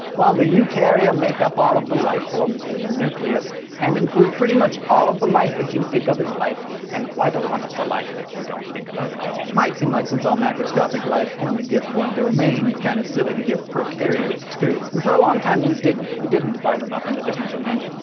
while the eukarya make up all the life forms with a nucleus and include pretty much all the life that you think of as life, and quite a lot of the life that you don't think about at all. it might seem like, since all macroscopic life only gets one domain, it's kinda kind of silly to give prokaryotes two and for a long time, we didn't. we didn't divide them up into different domains.